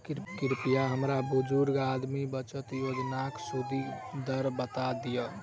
कृपया हमरा बुजुर्ग आदमी बचत योजनाक सुदि दर बता दियऽ